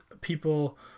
people